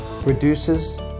reduces